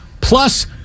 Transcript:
Plus